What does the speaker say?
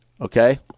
okay